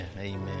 amen